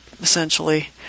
essentially